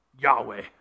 Yahweh